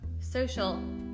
social